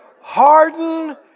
Harden